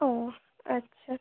ও আচ্ছা